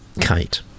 Kate